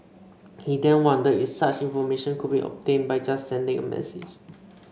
he then wondered if such information could be obtained by just sending a message